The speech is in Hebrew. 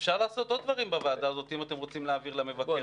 אפשר לעשות עוד דברים בוועדה הזאת אם אתם רוצים להעביר למבקר,